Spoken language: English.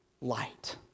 light